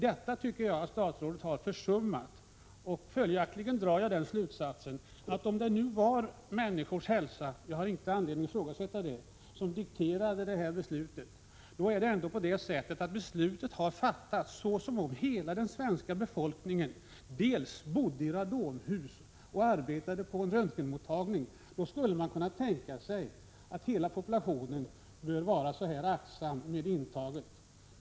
Detta tycker jag att statsrådet har försummat att ta hänsyn till. Följaktligen drar jag den slutsatsen att om det var människors hälsa som dikterade beslutet — och jag har ingen anledning att ifrågasätta den saken — har beslutet ändå fattats såsom om hela den svenska befolkningen dels bodde i radonhus, dels arbetade på en röntgenmottagning. Då skulle man nämligen kunna tänka sig att hela populationen behövde vara så här aktsam med intaget.